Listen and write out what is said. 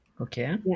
Okay